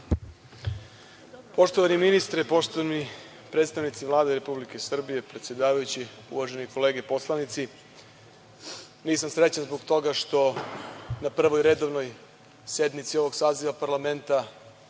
Poštovani ministre, poštovani predstavnici Vlade Republike Srbije, predsedavajući, uvažene kolege poslanici, nisam srećan zbog toga što na Prvoj redovnoj sednici ovog saziva parlamenta